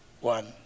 one